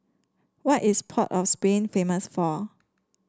what is Port of Spain famous for